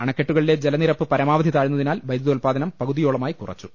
അണക്കെട്ടുകളിലെ ജലനിരപ്പ് പരമാവധി താഴ്ന്നതിനാൽ വൈദ്യുതോത്പാദനം പകുതിയോളമായി കുറച്ചു